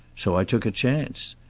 so i took a chance.